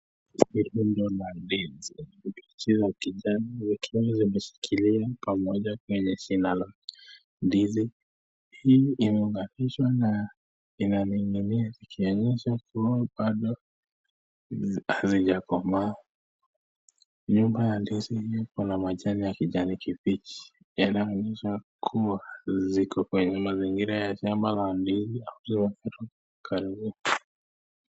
ndio maana ndizi zimechukuliwa kijani na zimezikilia pamoja kwenye sinaro. Ndizi hii inaonekana inalingana kiasi cha kuwa bado hazijakomaa. Nyumba ya ndizi hii iko na majani ya kijani kibichi inaonyesha kuwa ziko kwenye mazingira ya shambala ndizi hazitakuwa karibu.